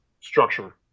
structure